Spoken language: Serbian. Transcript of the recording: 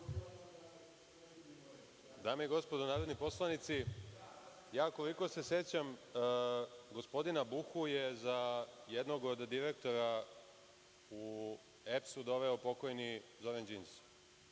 Dame i gospodo narodni poslanici, koliko se sećam, gospodina Buhu je za jednog od direktora doveo pokojni Zoran Đinđić.